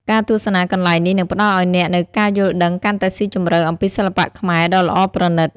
ការទស្សនាកន្លែងនេះនឹងផ្តល់ឲ្យអ្នកនូវការយល់ដឹងកាន់តែស៊ីជម្រៅអំពីសិល្បៈខ្មែរដ៏ល្អប្រណិត។